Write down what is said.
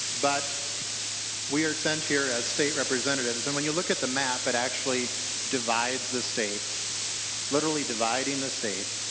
but we are sent here as state representatives. and when you look at the map that actually divides the state literally dividing the state.